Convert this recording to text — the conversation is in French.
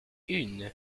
une